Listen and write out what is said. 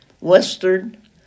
Western